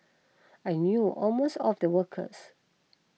I knew almost all the workers